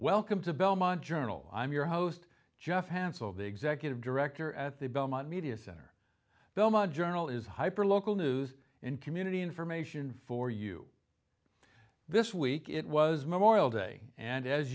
welcome to belmont journal i'm your host jeff hansell the executive director at the belmont media center belmont journal is hyper local news and community information for you this week it was memorial day and as